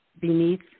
beneath